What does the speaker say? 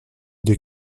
deux